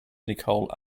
nicole